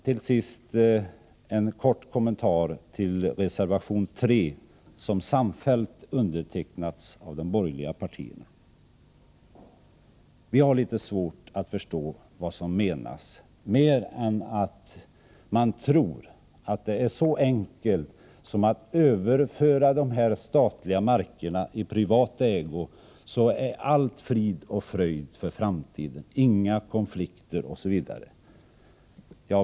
Till sist en kommentar till reservation 3, som samfällt undertecknats av de borgerliga partierna. Vi har litet svårt att förstå vad som menas. Reservanterna tror att det är så enkelt som att om man överför de statliga markerna i privat ägo så är allt frid och fröjd för framtiden — inga konflikter osv.